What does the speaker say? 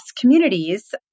communities